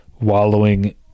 wallowing